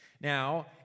Now